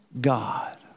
God